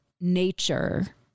nature